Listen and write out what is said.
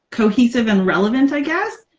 cohesive and relevant i guess.